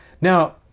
Now